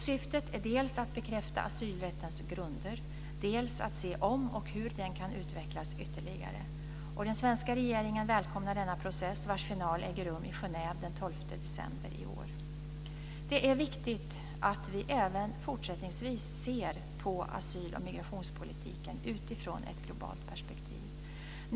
Syftet är dels att bekräfta asylrättens grunder, dels att se om och hur den kan utvecklas ytterligare. Den svenska regeringen välkomnar denna process, vars final äger rum i Genève den 12 december i år. Det är viktigt att vi även fortsättningsvis ser på asyl och migrationspolitiken utifrån ett globalt perspektiv.